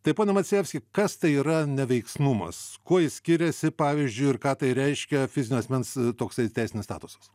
tai pone maciejevski kas tai yra neveiksnumas kuo jis skiriasi pavyzdžiui ir ką tai reiškia fizinio asmens toksai teisinis statusas